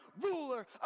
ruler